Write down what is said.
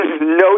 No